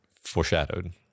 foreshadowed